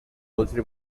was